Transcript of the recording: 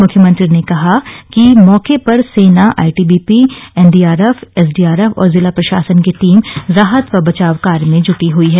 मुख्यमंत्री ने कहा कि मौके पर सेना आईटीबीपी एनडीआरएफ एसडीआरएफ और जिला प्रशासन की टीम राहत व बचाव कार्य में ज्टी हयी है